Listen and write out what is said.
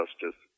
justice